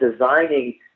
designing